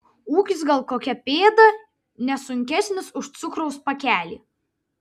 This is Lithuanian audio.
ūgis gal kokia pėda ne sunkesnis už cukraus pakelį